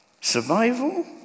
Survival